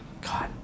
God